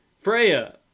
Freya